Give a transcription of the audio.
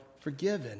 forgiven